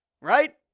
right